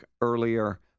earlier